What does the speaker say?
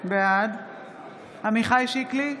בעד עמיחי שיקלי,